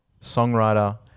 songwriter